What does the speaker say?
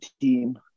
team